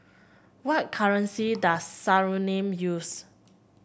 what currency does Suriname use